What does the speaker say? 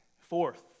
Fourth